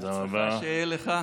בהצלחה שיהיה לך.